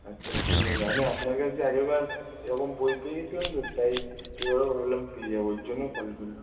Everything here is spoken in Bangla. আচ্ছা ঠিক আছে আমি আপনার কাছ দিয়ে আগেরবার এরকম বই পেয়ে গেছিলাম তো তাই এবারও ভাবলাম পেয়ে যাবো ওর জন্য কল করলাম